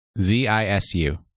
Z-I-S-U